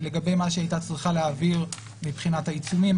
לגבי מה שהיא הייתה צריכה להעביר מבחינת העיצומים,